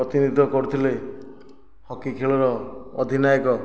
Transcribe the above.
ପ୍ରତିନିଧିତ୍ୱ କରିଥିଲେ ହକି ଖେଳର ଅଧିନାୟକ